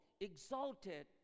exalted